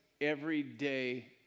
everyday